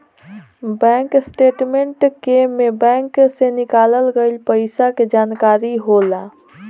bank statement के में bank से निकाल गइल पइसा के जानकारी होला